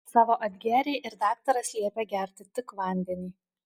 savo atgėrei ir daktaras liepė gerti tik vandenį